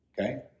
okay